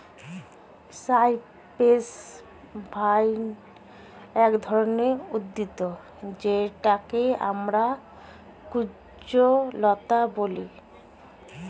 cypress vine এক ধরনের উদ্ভিদ যেটাকে আমরা কুঞ্জলতা বলি